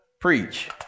preach